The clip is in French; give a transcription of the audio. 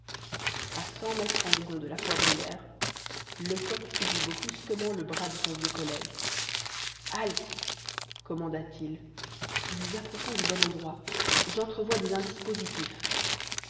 à cent mètres environ de la poivrière lecoq saisit brusquement le bras de son vieux collègue halte commanda-t-il nous approchons du bon endroit j'entrevois des indices positifs